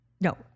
no